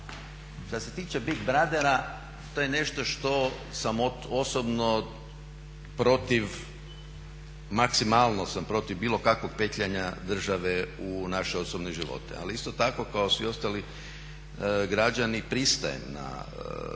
Šta se tiče big brothera, to je nešto što sam osobno protiv, maksimalno sam protiv bilo kakvog petljanja države u naše osobne živote. Ali isto tako kao i svi ostali građani pristajem na